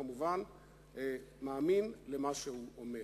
כמובן מאמין למה שהוא אומר.